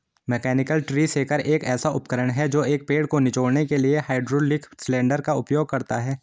mechanical tree shaker एक ऐसा उपकरण है जो एक पेड़ को निचोड़ने के लिए हाइड्रोलिक सिलेंडर का उपयोग करता है